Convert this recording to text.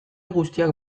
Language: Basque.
guztiak